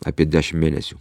apie dešim mėnesių